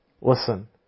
Listen